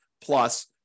plus